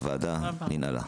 הישיבה נעולה.